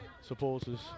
supporters